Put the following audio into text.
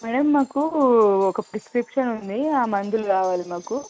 madam నాకు ఒక prescription ఉంది ఆ మందులు కావాలి మాకు